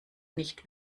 nicht